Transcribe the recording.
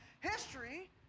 History